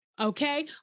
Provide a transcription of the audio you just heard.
okay